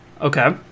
Okay